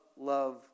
love